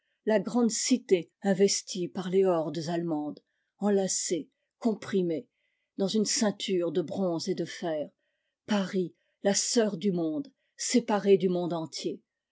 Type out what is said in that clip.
la grande cité investie par les hordes allemandes enlacée comprimée dans une ceinture de bronze et de fer paris la sœur du monde séparée du monde entier